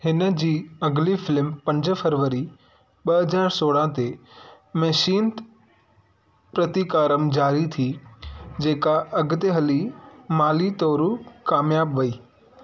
हुन जी अॻिली फ़िल्म पंज फरवरी ॿ हज़ार सोलह ते महेशिन्ते प्रतिकारम जारी थी जेका अॻिते हली माली तौरु कामियाबु वई